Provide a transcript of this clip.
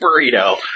burrito